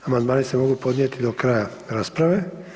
Amandmani se mogu podnijeti do kraja rasprave.